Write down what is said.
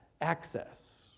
access